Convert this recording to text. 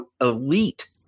elite